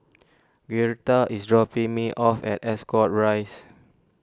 Girtha is dropping me off at Ascot Rise